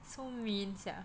so mean sia